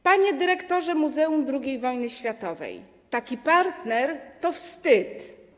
Panie dyrektorze Muzeum II Wojny Światowej, taki partner to wstyd.